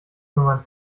kümmern